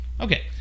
Okay